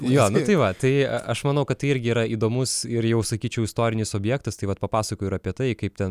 jo nu tai va tai aš manau kad tai irgi yra įdomus ir jau sakyčiau istorinis objektas tai vat papasakoju ir apie tai kaip ten